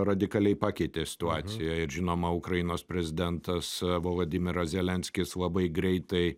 radikaliai pakeitė situaciją ir žinoma ukrainos prezidentas volodymiras zelenskis labai greitai